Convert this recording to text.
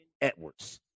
Edwards